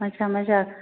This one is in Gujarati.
હા સમાચાર